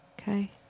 Okay